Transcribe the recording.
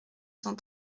cent